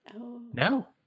No